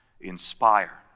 inspire